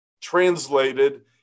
Translated